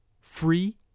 free